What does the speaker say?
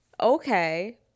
okay